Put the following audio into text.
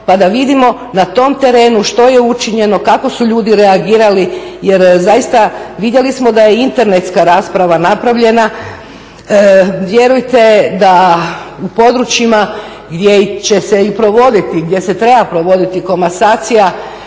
pa da vidimo na tom terenu, što je učinjeno, kako su ljudi reagirali jer zaista vidjeli smo da je internetska rasprava napravljena, vjerujte da u područjima gdje će se i provoditi, gdje se treba provoditi komasacija